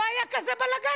לא היה כזה בלגן,